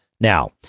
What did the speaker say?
Now